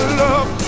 love